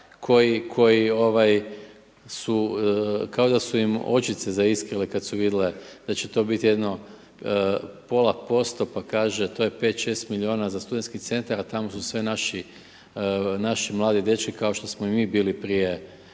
koji su kada su im očice zaiskrile kad su vidjeli da će to biti jedno pola posto pa kaže, to je 5, 6 milijuna za SC a tamo sve naši mladi dečki kao što smo i mi bili prije